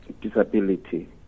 disability